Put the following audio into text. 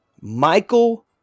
Michael